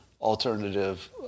alternative